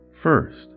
First